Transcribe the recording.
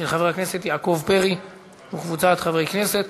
של חבר הכנסת יעקב פרי וקבוצת חברי הכנסת.